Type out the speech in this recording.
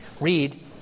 read